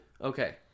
Okay